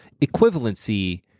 equivalency